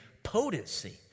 Potency